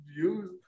views